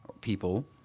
people